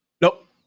Nope